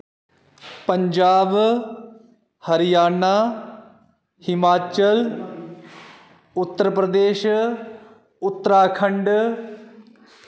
Punjab Haryana Himachal Uttar Pradesh Uttarakhand